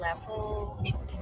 level